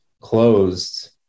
closed